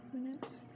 minutes